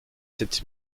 sept